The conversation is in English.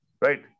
right